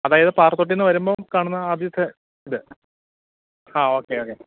അതായത് പാറത്തൊട്ടീന്ന് വരുമ്പം കാണുന്ന ആദ്യത്തെ ഇത് ആ ഓക്കെ ഓക്കെ